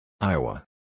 Iowa